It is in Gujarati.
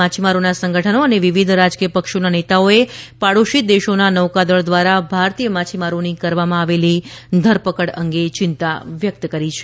માછીમારોના સંગઠનો અને વિવિધ રાજકીય પક્ષોના નેતાઓએ પાડોશી દેશોના નૌકાદળ દ્વારા ભારતીય માછીમારોની કરવામાં આવેલી ધરપકડ અંગે ચિંતા વ્યક્ત કરી છે